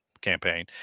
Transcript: campaign